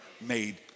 made